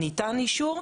ניתן אישור.